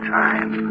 time